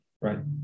Right